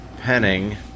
Penning